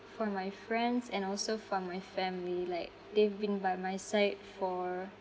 for my friends and also for my family like they've been by my side for